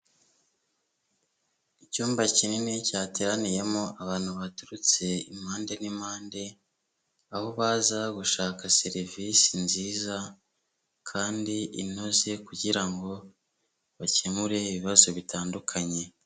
Icyumba kinini cyateraniyemo abantu baturutse impande n'impande, aho baza gushaka serivisi nziza kandi inoze, kugira ngo bakemure ibibazo bitandukanye.